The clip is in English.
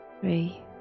three